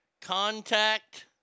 contact